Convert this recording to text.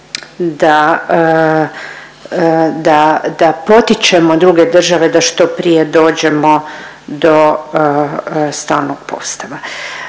da potičemo druge države da što prije dođemo do stalnog postava.